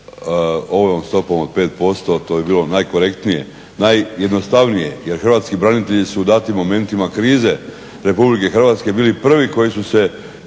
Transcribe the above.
ovom stopom od 5%, to bi bilo najkorektnije, najjednostavnije jer hrvatski branitelji su u datim momentima krize RH bili prvi koji su se